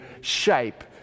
shape